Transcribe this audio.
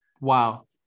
Wow